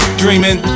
dreaming